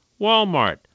Walmart